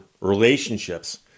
relationships